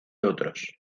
otros